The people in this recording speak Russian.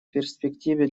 перспективе